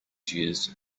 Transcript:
used